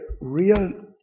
real